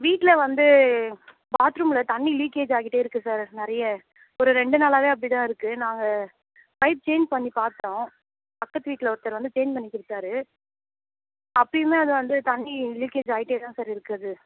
வீட்டில் வந்து பாத்ரூமில் தண்ணி லீக்கேஜ் ஆகிட்டே இருக்கு சார் நிறைய ஒரு ரெண்டு நாளாகவே அப்படிதான் இருக்கு நாங்கள் பைப் சேஞ்ச் பண்ணிப் பார்த்தோம் பக்கத்து வீட்டில் ஒருத்தர் வந்து சேஞ்ச் பண்ணி கொடுத்தாரு அப்படியுமே அது வந்து தண்ணி லீக்கேஜ் ஆகிட்டேதான் சார் இருக்குது